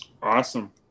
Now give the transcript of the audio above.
Awesome